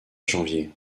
janvier